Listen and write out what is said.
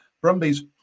brumbies